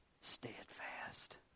steadfast